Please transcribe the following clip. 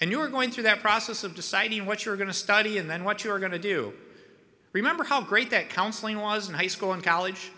and you were going through that process of deciding what you're going to study and then what you're going to do remember how great that counseling was in high school and college